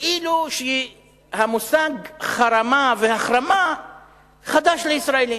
כאילו המושג חרמה והחרמה חדש לישראלים.